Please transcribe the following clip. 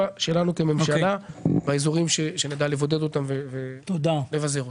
שלנו כממשלה באזורים שנדע לבודד אותם ולבזר.